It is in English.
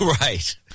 Right